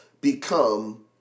become